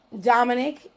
Dominic